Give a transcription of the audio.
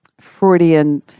Freudian